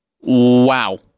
Wow